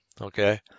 okay